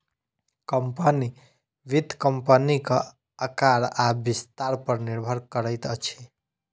company, वित्त कम्पनीक आकार आ विस्तार पर निर्भर करैत अछि